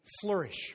flourish